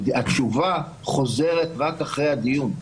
התשובה חוזרת רק אחרי הדיון.